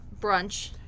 brunch